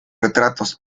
retratos